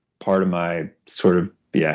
part of my sort of yeah